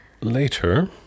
Later